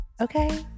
Okay